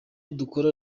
dukora